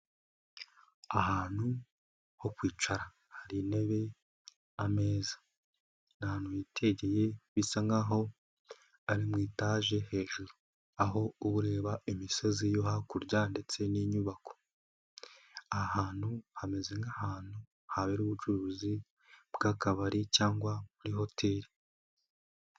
Ahantu ho kwicara, hari intebe, ameza, ahantu hitaruye bisa nkaho ari muri itaje hejuru aho ureba imisozi yo hakurya ndetse n'inyubako, ahantu hameze nk'ahantu habera ubucuruzi bwakabari cyangwa muri hotel.